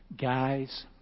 guys